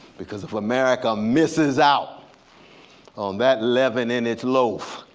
because if america misses out on that levin in its loaf,